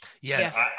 Yes